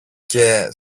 και